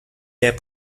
des